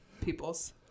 people's